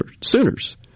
Sooners